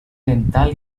dental